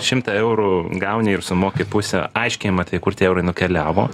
šimtą eurų gauni ir sumoki pusę aiškiai matai kur tie eurai nukeliavo